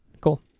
Cool